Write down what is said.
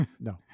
No